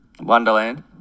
Wonderland